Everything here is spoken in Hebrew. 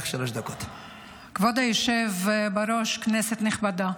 כבוד היושב בראש, כנסת נכבדה,